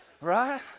Right